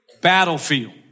battlefield